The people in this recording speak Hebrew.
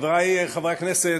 חברי חברי הכנסת,